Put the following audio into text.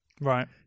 right